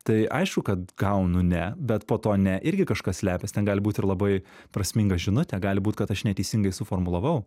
tai aišku kad gaunu ne bet po tuo ne irgi kažkas slepias ten gali būt ir labai prasminga žinutė gali būt kad aš neteisingai suformulavau